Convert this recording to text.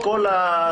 את כל המסומן.